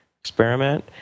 Experiment